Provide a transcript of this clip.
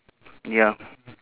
ya